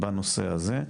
בנושא הזה,